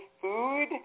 food